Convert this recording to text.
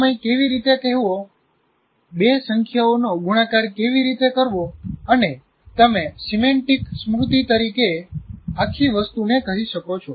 સમય કેવી રીતે કહેવો બે સંખ્યાઓનો ગુણાકાર કેવી રીતે કરવો અને તમે સિમેન્ટિક સ્મૃતિ તરીકે આખી વસ્તુને કહી શકો છો